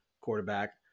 quarterback